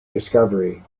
discovery